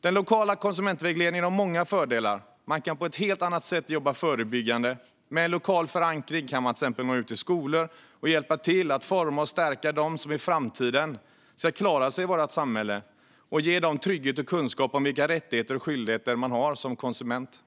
Den lokala konsumentvägledningen har många fördelar. Man kan på ett helt annat sätt jobba förebyggande. Med en lokal förankring kan man till exempel nå ut till skolor och hjälpa till att forma och stärka dem som i framtiden ska klara sig i vårt samhälle och ge dem trygghet och kunskap om vilka rättigheter och skyldigheter de har som konsumenter.